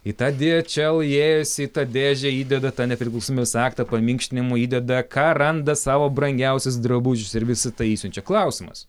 į tą diečel įėjusi į tą dėžę įdeda tą nepriklausomybės aktą paminkštinimų įdeda ką randa savo brangiausius drabužius ir visa tai išsiunčia klausimas